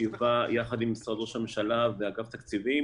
ישיבה יחד עם משרד ראש הממשלה ואגף התקציבים